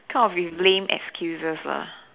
kind of with lame excuses lah